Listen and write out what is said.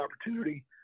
opportunity